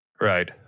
Right